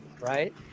right